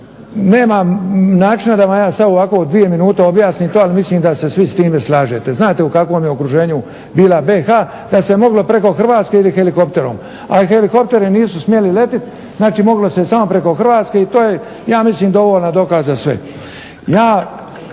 Jer nema načina da vam sada ja ovako u dvije minuta objasnim to ali mislim da se svi s time slažete. Znate u kakvom je okruženju bila BiH da se moglo preko Hrvatske ili helikopterom, ali helikopteri nisu smjeli letjeti. Znači moglo se samo preko Hrvatske i to je ja mislim dovoljan dokaz za sve.